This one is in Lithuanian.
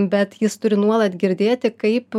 bet jis turi nuolat girdėti kaip